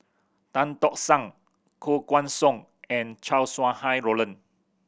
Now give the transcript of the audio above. Tan Tock San Koh Guan Song and Chow Sau Hai Roland